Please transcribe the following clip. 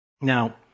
Now